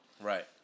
Right